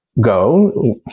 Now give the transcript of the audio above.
go